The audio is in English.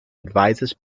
advises